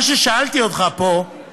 מה ששאלתי אותך פה זה